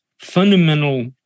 fundamental